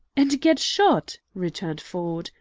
and get shot! returned ford.